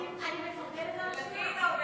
אני מפרגנת לה על השירה.